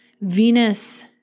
Venus